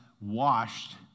washed